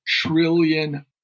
trillion